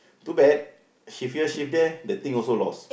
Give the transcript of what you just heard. too bad shift here shift there the thing also lost